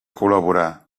col·laborar